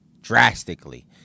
drastically